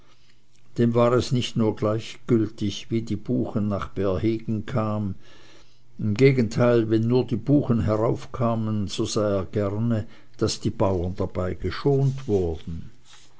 dem war es nicht nur gleichgültig wie die buchen nach bärhegen kamen im gegenteil wenn nur die buchen heraufkamen so sah er gerne daß die bauren dabei geschont wurden